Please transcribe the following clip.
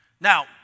Now